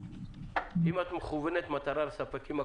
אם את מכוונת מטרה לספקים הקטנים,